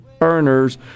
earners